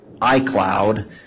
iCloud